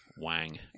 wang